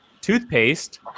Toothpaste